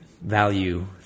value